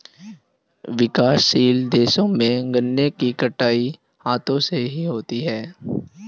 विकासशील देशों में गन्ने की कटाई हाथों से होती है